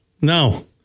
No